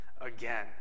again